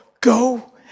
go